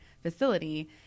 facility